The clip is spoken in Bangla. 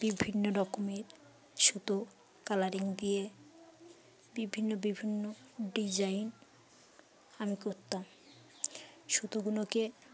বিভিন্ন রকমের সুতো কালারিং দিয়ে বিভিন্ন বিভিন্ন ডিজাইন আমি করতাম সুতোগুলোকে